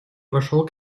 вошел